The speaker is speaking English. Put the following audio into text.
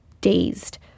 dazed